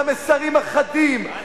למסרים החדים,